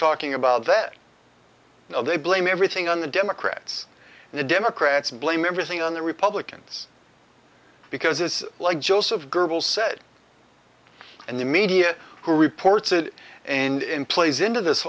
talking about that now they blame everything on the democrats and the democrats and blame everything on the republicans because it's like joseph goebbels said and the media who reports it and plays into this